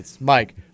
Mike